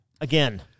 again